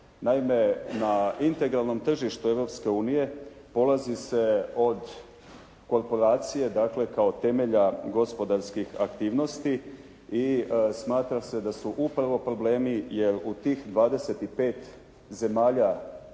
na integralnom tržištu Europske unije polazi se od korporacije, dakle kao temelja gospodarskih aktivnosti i smatra se da su upravo problemi, jer u tih 25 zemalja